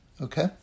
okay